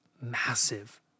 Massive